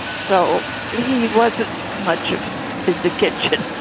so he wasn't much of the kitchen